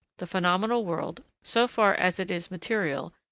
the phenomenal world, so far as it is material,